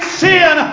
sin